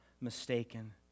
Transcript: mistaken